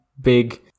big